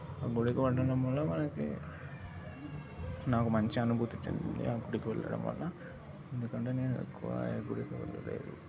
గుడికి వెళ్ళడం వల్ల మనకి నాకు మంచి అనుభూతి చెందింది ఆ గుడికి వెళ్ళడం వల్ల ఎందుకంటే ఎక్కువ నేను ఏ గుడికి వెళ్ళలేదు